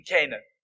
Canaan